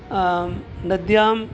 नद्यां